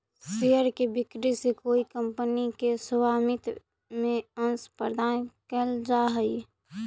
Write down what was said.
share के बिक्री से कोई कंपनी के स्वामित्व में अंश प्रदान कैल जा हइ